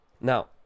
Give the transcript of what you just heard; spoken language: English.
now